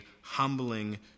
humbling